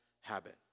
habit